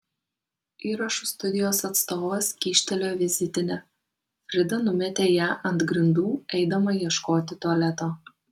įrašų studijos atstovas kyštelėjo vizitinę frida numetė ją ant grindų eidama ieškoti tualeto